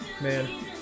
Man